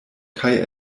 kaj